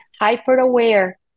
hyper-aware